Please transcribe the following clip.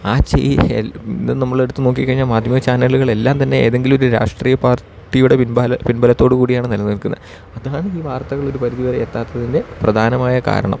ആ നമ്മളെടുത്തു നോക്കിക്കഴിഞ്ഞാൽ മാധ്യമ ചാനലുകളെല്ലാം തന്നെ ഏതെങ്കിലും ഒരു രാഷ്ട്രീയ പാർട്ടിയുടെ പിൻബല പിൻബലത്തോടു കൂടിയാണ് നിലനിൽക്കുന്നത് അതാണ് ഈ വാർത്തകൾ ഒരു പരിധിവരെ എത്താത്തതിൻ്റെ പ്രധാനമായ കാരണം